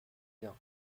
bien